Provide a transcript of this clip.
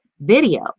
video